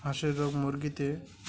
হাঁসের রোগ মুরগিতে